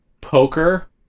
poker